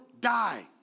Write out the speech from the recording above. die